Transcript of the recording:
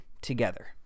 together